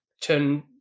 turn